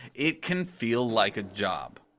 it can feel like a job.